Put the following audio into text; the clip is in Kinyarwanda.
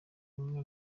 rumwe